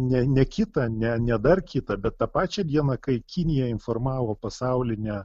ne ne kitą ne ne dar kitą bet tą pačią dieną kai kinija informavo pasaulinę